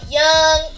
young